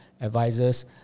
advisors